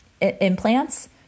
implants